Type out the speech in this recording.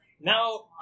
Now